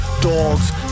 Dogs